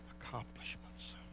accomplishments